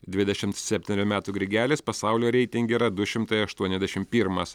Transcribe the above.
dvidešimt septynerių metų grigelis pasaulio reitinge yra du šimtai aštuoniasdešim pirmas